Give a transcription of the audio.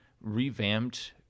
revamped